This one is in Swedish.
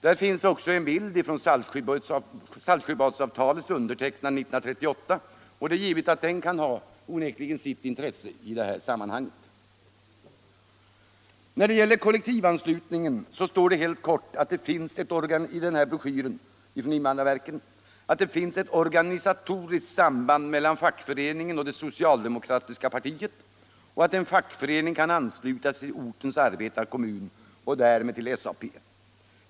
Där finns också en bild från Saltsjöbadsavtalets undertecknande 1938, och det är givet att den kan ha sitt intresse i sammanhanget. När det gäller kollektivanslutningen står det helt kort i broschyren från invandrarverket att det finns ett organisatoriskt samband mellan fackföreningen och det socialdemokratiska partiet och att en fackförening kan ansluta sig till ortens arbetarkommun och till SAP.